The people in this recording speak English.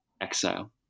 exile